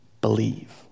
believe